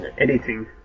editing